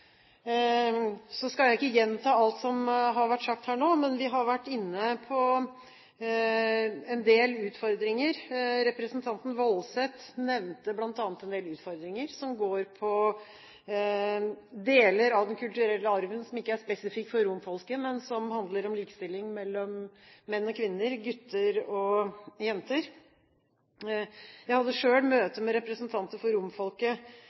skal ikke gjenta alt som har vært sagt, men vi har vært inne på en del utfordringer. Representanten Woldseth nevnte bl.a. utfordringer som går på deler av den kulturelle arven som ikke er spesifikk for romfolket, men som handler om likestilling mellom menn og kvinner og gutter og jenter. Jeg hadde selv møte med representanter for romfolket